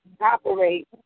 operate